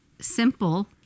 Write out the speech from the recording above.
simple